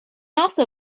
also